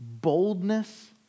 boldness